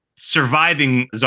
Surviving